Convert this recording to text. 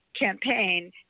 campaign